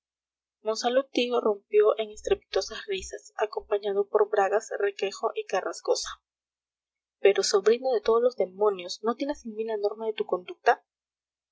comer monsalud tío rompió en estrepitosas risas acompañado por bragas requejo y carrascosa pero sobrino de todos los demonios no tienes en mí la norma de tu conducta